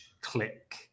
click